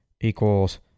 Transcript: Equals